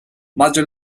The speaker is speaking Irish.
maidir